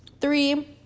three